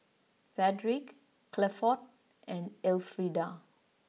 Fredrick Clifford and Elfrieda